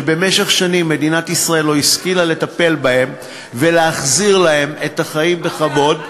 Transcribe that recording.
שבמשך שנים מדינת ישראל לא השכילה לטפל בהם ולהחזיר להם את החיים בכבוד,